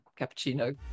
cappuccino